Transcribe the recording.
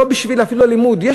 לא בשביל הלימוד אפילו.